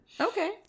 Okay